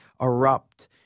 erupt